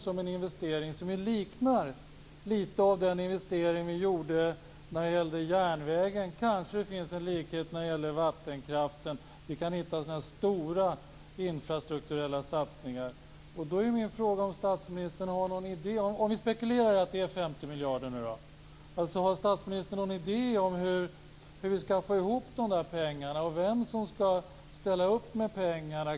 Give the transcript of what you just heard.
Det är en investering som lite grann liknar den investering som vi gjorde när det gällde järnvägen. Kanske finns det en likhet när det gäller vattenkraften. Vi kan hitta andra stora infrastrukturella satsningar. Då är min fråga: Om vi spekulerar i att det är 50 miljarder, har statsministern då någon idé om hur vi skall få ihop de här pengarna och om vem som skall ställa upp med dem?